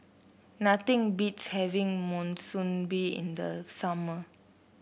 nothing beats having Monsunabe in the summer